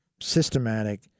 systematic